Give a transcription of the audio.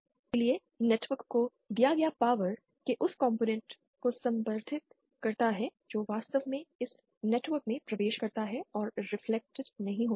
इसलिए नेटवर्क को दिया गया पॉवर के उस कॉम्पोनेंट को संदर्भित करता है जो वास्तव में इस नेटवर्क में प्रवेश करता है और रिफ्लेक्टेड नहीं होता है